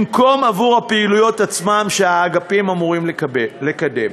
במקום עבור הפעילויות עצמן שהאגפים אמורים לקדם.